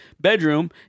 bedroom